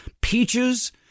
peaches